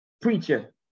preacher